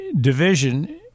division